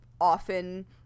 often